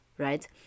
Right